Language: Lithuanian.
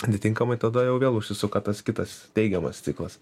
atitinkamai tada jau vėl užsisuka tas kitas teigiamas ciklas